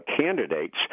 candidates